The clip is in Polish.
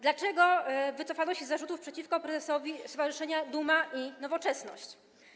Dlaczego wycofano się z zarzutów przeciwko prezesowi stowarzyszenia Duma i Nowoczesność?